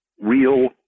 real